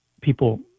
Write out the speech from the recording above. people